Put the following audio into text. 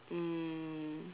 um